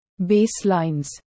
baselines